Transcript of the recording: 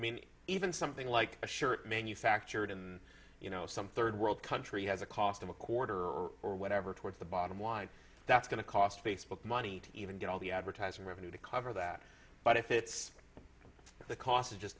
mean even something like a shirt manufactured in you know some third world country has a cost of a quarter or or whatever towards the bottom line that's going to cost facebook money to even get all the advertising revenue to cover that but if it's the cost of just